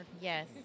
Yes